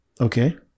Okay